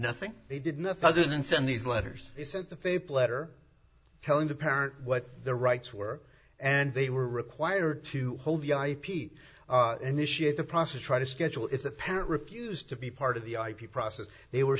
nothing they did nothing other than send these letters they said the faith letter telling the parents what their rights were and they were required to hold the ip initiate the process try to schedule if the parent refused to be part of the ip process they were